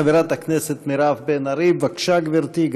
חברת הכסת מירב בן ארי, בבקשה, גברתי.